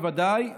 בוודאי,